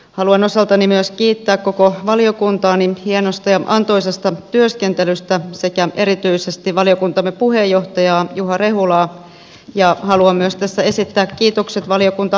haluan osaltani kiittää myös koko valiokuntaa hienosta ja antoisasta työskentelystä sekä erityisesti valiokuntamme puheenjohtajaa juha rehulaa ja haluan myös tässä esittää kiitokset valiokuntaneuvoksillemme